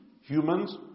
humans